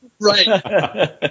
Right